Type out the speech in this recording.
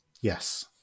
Yes